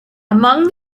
among